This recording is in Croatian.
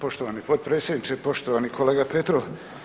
Poštovani potpredsjedniče, poštovani kolega Petrov.